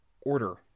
order